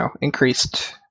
increased